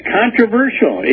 controversial